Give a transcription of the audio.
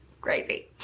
crazy